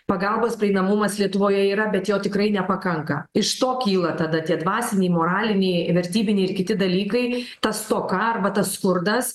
pagalbos prieinamumas lietuvoje yra bet jo tikrai nepakanka iš to kyla tada tie dvasiniai moraliniai vertybiniai ir kiti dalykai ta stoka arba tas skurdas